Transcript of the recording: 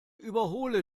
überhole